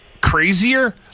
crazier